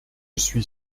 suis